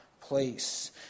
place